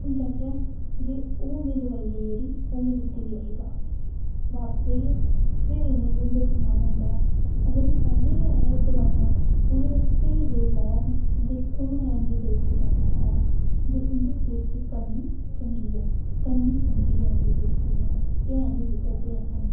हून चाह्चै ते हून में दवाई ऐ जेह्ड़ी ओह् में दित्ती बी ऐ ही वापस वापस देइयै फिरी इ'नेंगी दिक्खना पौंदा ऐ अगर एह् पैह्ली गै दवाइयां स्हेई रेट लाया इ'नें ते कु'न एह् इं'दी बेज्जती करने आह्ला ते इं'दी बेज्जती करनी चंगी ऐ करनी पौंदी ऐ इंदी बेज्जती ऐ इ'यां निं सुधरदे हैन